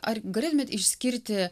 ar galėtumėt išskirti